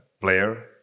player